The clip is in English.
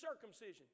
circumcision